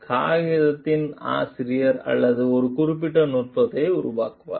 காகிதத்தின் ஆசிரியர் அல்லது ஒரு குறிப்பிட்ட நுட்பத்தை உருவாக்குபவர்